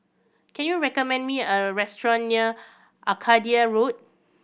can you recommend me a restaurant near Arcadia Road